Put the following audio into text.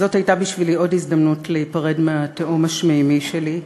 זאת הייתה בשבילי עוד הזדמנות להיפרד מהתאום השמימי שלי.